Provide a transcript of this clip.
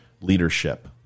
leadership